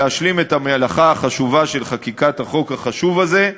ולהשלים את המלאכה החשובה של חקיקת החוק החשוב הזה,